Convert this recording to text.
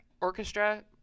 orchestra